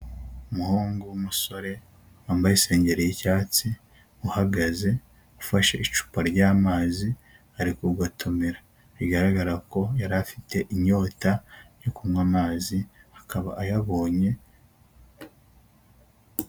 Umuhungu w'umusore wambaye isengeri y'icyatsi uhagaze ufashe icupa ry'amazi ari kugotomera, bigaragara ko yari afite inyota yo kunywa amazi akaba ayabonye.